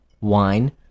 wine